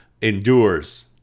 endures